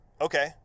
Okay